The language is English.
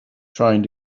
trying